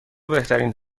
بهترین